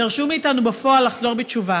דרשו מאיתנו בפועל לחזור בתשובה.